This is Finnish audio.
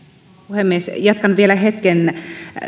puhemies jatkan vielä hetken